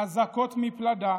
חזקות מפלדה,